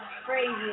crazy